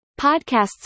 podcasts